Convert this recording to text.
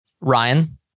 Ryan